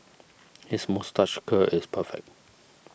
his moustache curl is perfect